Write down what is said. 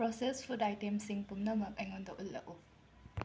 process food ꯑꯥꯏꯇꯦꯝꯁꯤꯡ ꯄꯨꯝꯅꯃꯛ ꯑꯩꯉꯣꯟꯗ ꯎꯠꯂꯛꯎ